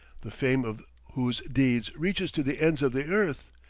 the fame of whose deeds reaches to the ends of the earth.